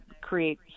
create